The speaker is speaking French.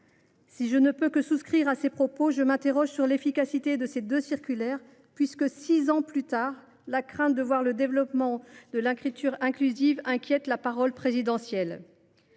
Si je ne peux que souscrire à ses propos, je m’interroge sur l’efficacité de ces deux circulaires, puisque six ans plus tard, le développement de l’écriture inclusive inquiète le Président de